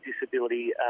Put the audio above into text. disability